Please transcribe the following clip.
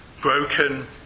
Broken